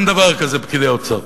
אין דבר כזה "פקידי האוצר".